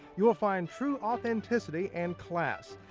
you'll find true authenticity and class.